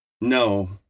No